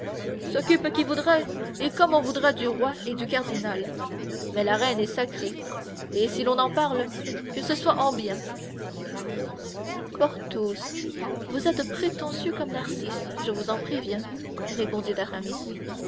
s'occupe qui voudra et comme on voudra du roi et du cardinal mais la reine est sacrée et si l'on en parle que ce soit en bien porthos vous êtes prétentieux comme narcisse je vous en préviens répondit aramis